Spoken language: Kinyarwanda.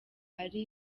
ari